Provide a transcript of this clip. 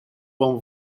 вам